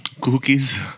Cookies